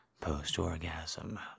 post-orgasm